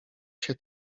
się